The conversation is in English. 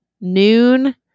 noon